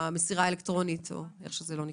המסירה האלקטרונית או איך שזה לא נקרא.